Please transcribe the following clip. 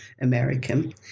American